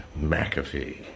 mcafee